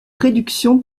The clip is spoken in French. réduction